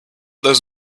those